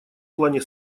плане